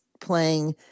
playing